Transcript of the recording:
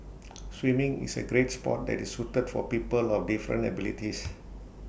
swimming is A great Sport that is suited for people of different abilities